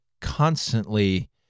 constantly